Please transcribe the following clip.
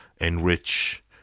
enrich